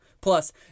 Plus